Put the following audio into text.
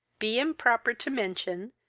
be improper to mention,